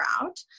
out